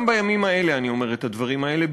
גם בימים האלה אני אומר את הדברים האלה,